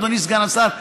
אדוני סגן השר,